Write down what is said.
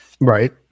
Right